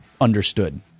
understood